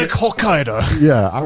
hokkaido. yeah,